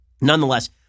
Nonetheless